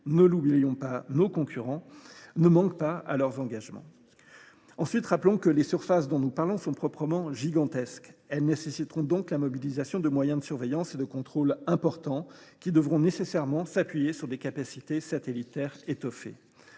ne l’oublions pas – nos concurrents, ne manquent pas à leurs engagements. Rappelons que les surfaces dont nous parlons sont proprement gigantesques. Elles exigeront donc la mobilisation de moyens de surveillance et de contrôle importants, qui devront nécessairement s’appuyer sur des capacités satellitaires étoffées.